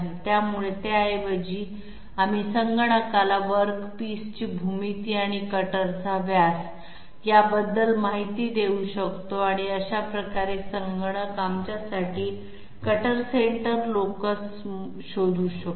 त्यामुळे त्याऐवजी आम्ही संगणकाला वर्क पीसची भूमिती आणि कटरचा व्यास याबद्दल माहिती देऊ शकतो आणि अशा प्रकारे संगणक आमच्यासाठी कटर सेंटर लोकस शोधू शकतो